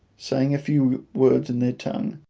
saying a few words in their tongue,